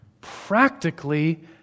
practically